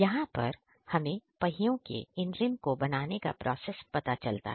यहां पर हमें पहियों के इन रिम को बनाने का प्रोसेस पता चलता है